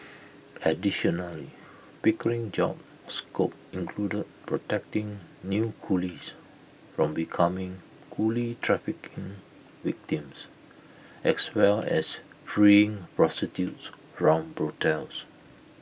additionally pickering's job scope included protecting new coolies from becoming coolie trafficking victims as well as freeing prostitutes from brothels